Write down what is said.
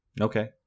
Okay